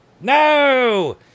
No